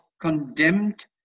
condemned